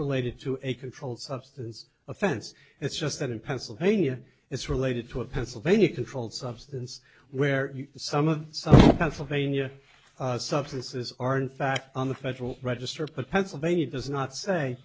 related to a controlled substance offense it's just that in pennsylvania it's related to a pennsylvania controlled substance where some of some pennsylvania substances are in fact on the federal register pennsylvania does not say